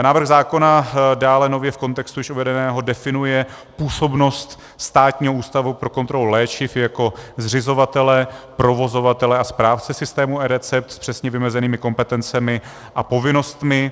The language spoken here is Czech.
Návrh zákona dále nově v kontextu již uvedeného definuje působnost Státního ústavu pro kontrolu léčiv jako zřizovatele, provozovatele a správce systému eRecept s přesně vymezenými kompetencemi a povinnostmi.